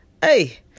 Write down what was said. Hey